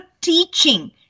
teaching